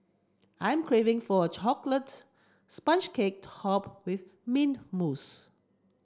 I'm craving for a chocolate sponge cake topped with mint mousse